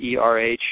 ERH